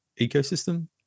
ecosystem